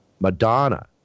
Madonna